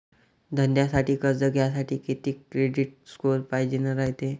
धंद्यासाठी कर्ज घ्यासाठी कितीक क्रेडिट स्कोर पायजेन रायते?